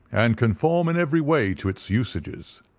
and conform in every way to its usages.